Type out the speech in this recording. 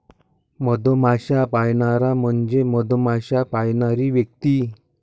मधमाश्या पाळणारा म्हणजे मधमाश्या पाळणारी व्यक्ती